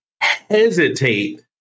hesitate